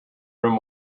room